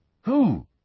Who